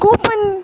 coupon